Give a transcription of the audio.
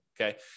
okay